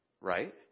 Right